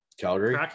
Calgary